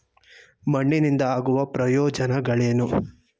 ಮಣ್ಣಿನಿಂದ ಆಗುವ ಪ್ರಯೋಜನಗಳೇನು?